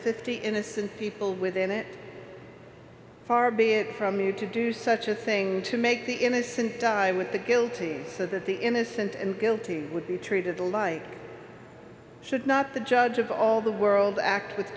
fifty innocent people within it far be it from me to do such a thing to make the innocent time with the guilty so that the innocent and guilty would be treated alike should not the judge of all the world act with